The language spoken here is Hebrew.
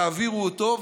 תעבירו אותו,